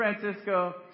Francisco